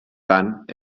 tant